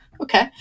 Okay